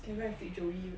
can go and pick joey